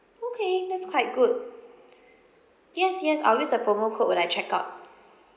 okay that's quite good yes yes I will use the promo code when I check out